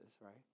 right